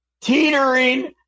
teetering